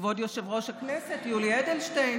כבוד יושב-ראש הכנסת יולי אדלשטיין,